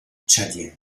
tchadien